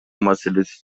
маселеси